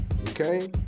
okay